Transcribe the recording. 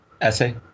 essay